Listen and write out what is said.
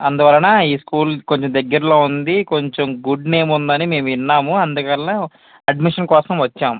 అందువలన ఈ స్కూల్ కొంచెం దగ్గరలో ఉంది కొంచెం గుడ్ నేమ్ ఉందని మేము విన్నాము అందువల్ల అడ్మిషన్ కోసం వచ్చాము